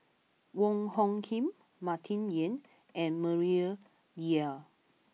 Wong Hung Khim Martin Yan and Maria Dyer